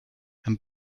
and